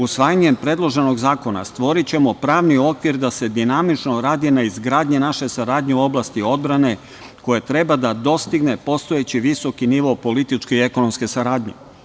Usvajanjem predloženog zakona stvorićemo pravni okvir da se dinamično radi na izgradnji naše saradnje u oblasti odbrane, koja treba da dostigne postojeći visoki nivo političke i ekonomske saradnje.